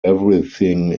everything